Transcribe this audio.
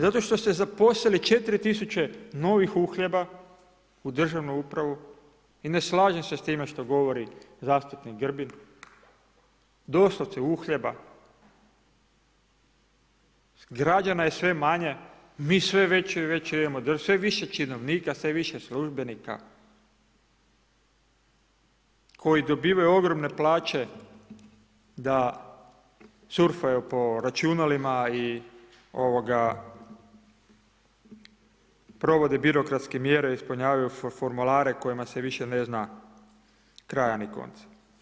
Zato što ste zaposlili 4000 novih uhljeba u državnu upravu i ne slažem se s time što govori zastupnik Grbin, doslovce uhljeba, građana je sve manje, mi sve veće i veće imamo, sve više činovnika, sve više službenika koji dobivaju ogromne plaće da surfaju po računalima i provode birokratske mjere, ispunjavaju formulare kojima se više ne zna kraja ni konca.